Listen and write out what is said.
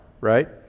right